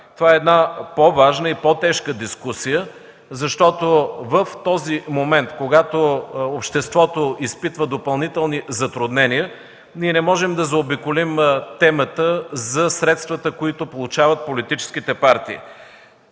Това е една по-важна и по-тежка дискусия, защото в момент, когато обществото изпитва допълнителни затруднения не можем да заобиколим темата за средствата, които получават политическите партии.